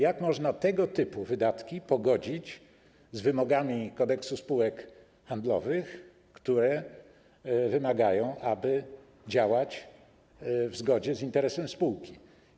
Jak można tego typu wydatki pogodzić z wymogami Kodeksu spółek handlowych, które wymagają, aby działać w zgodzie z interesem spółki?